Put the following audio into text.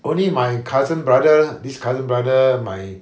only my cousin brother this cousin brother my